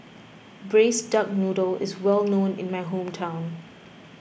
Braised Duck Noodle is well known in my hometown